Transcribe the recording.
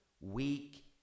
weak